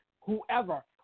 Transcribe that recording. whoever